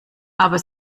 aber